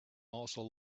also